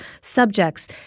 subjects